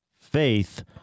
faith